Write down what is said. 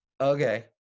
okay